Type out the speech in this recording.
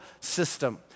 system